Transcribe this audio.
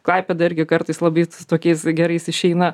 klaipėda irgi kartais labai tokiais gerais išeina